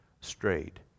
strayed